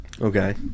Okay